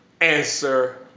answer